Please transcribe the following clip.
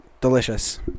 delicious